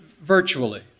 virtually